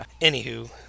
Anywho